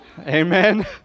Amen